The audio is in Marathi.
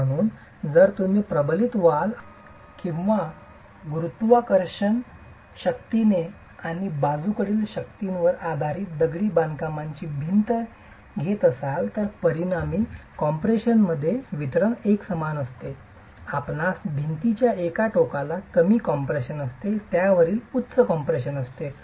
म्हणूनच जर तुम्ही प्रबलित व्हाल किंवा गुरुत्वाकर्षण गुरुत्व शक्ती आणि बाजूकडील शक्तींवर आधारीत दगडी बांधकामाची भिंत घेत असाल तर परिणामी कॉम्प्रेशनचे वितरण एकसमान नसते आपणास भिंतीच्या एका टोकाला कमी कंप्रेशन असेल त्यावरील उच्च कंप्रेशन असेल